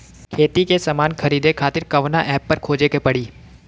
खेती के समान खरीदे खातिर कवना ऐपपर खोजे के पड़ी?